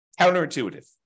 Counterintuitive